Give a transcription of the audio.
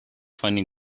funny